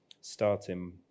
starting